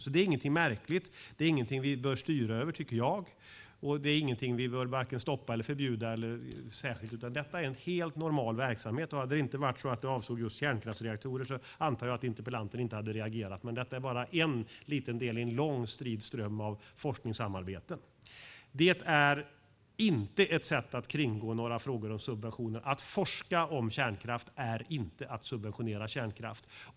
Det är inget märkligt och inget vi bör styra över. Det är inget vi bör stoppa eller förbjuda, utan det är en helt normal verksamhet. Om den inte hade avsett just kärnkraftsreaktorer antar jag att interpellanten inte hade reagerat. Detta är bara en liten del i en strid ström av forskningssamarbete. Det är inte ett sätt att kringgå frågor om subventioner. Att forska om kärnkraft är inte att subventionera kärnkraft.